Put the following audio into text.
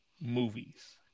movies